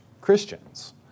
Christians